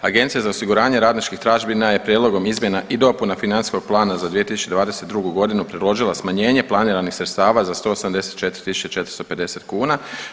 Agencija za osiguranje radničkih tražbina je prijedlogom izmjena i dopuna financijskog plana za 2022.g. predložilo smanjenje planiranih sredstava za 184.450 kuna.